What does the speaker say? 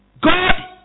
God